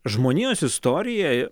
žmonijos istorija